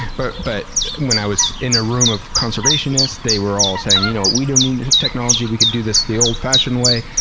but but, when i was in a room of conservationists, they were all saying, you know, we don't need this technology, we could do this the old-fashioned way.